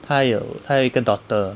他有他有一个 daughter